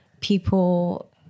people